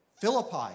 Philippi